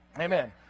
Amen